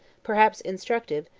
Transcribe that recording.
perhaps instructive,